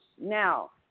Now